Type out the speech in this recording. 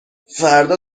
فردا